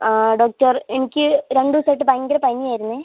ആ ഡോക്ടർ എനിക്ക് രണ്ട് ദിവസമായിട്ട് ഭയങ്കര പനിയായിരുന്നു